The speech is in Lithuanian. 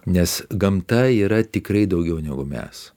nes gamta yra tikrai daugiau negu mes